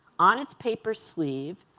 on its paper sleeve,